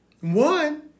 One